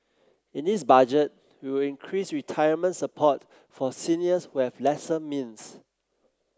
in this Budget we will increase retirement support for seniors who have lesser means